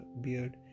beard